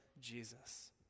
Jesus